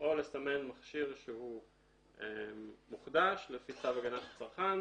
או לסמן מכשיר שהוא מוחדש לפי צו הגנת הצרכן.